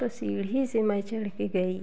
तो सीढ़ी से मैं चढ़ कर गई